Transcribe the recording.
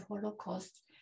Holocaust